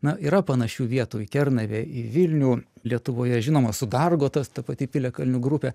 na yra panašių vietų į kernavę į vilnių lietuvoje žinoma sudargo tas ta pati piliakalnių grupė